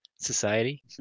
society